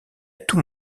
tout